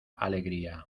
alegría